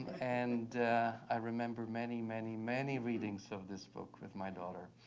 and i remember many many many readings of this book with my daughter.